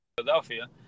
Philadelphia